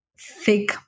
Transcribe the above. Thick